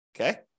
Okay